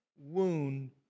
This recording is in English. wound